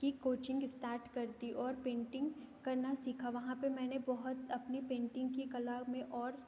की coaching start कर दी और पेंटिंग करना सीखा वहाँ पर मैंने बहुत अपनी पेंटिंग की कला में और